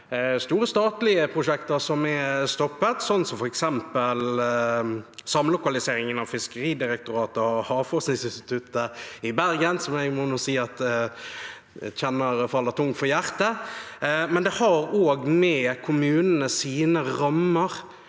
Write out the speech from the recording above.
store statlige prosjekter som er stoppet, som f.eks. samlokaliseringen av Fiskeridirektoratet og Havforskningsinstituttet i Bergen, som jeg må si faller meg tungt for brystet. Det har også med kommunenes rammer